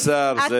אדוני השר, זהו.